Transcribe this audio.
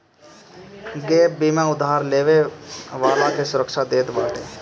gap बीमा उधार लेवे वाला के सुरक्षा देत बाटे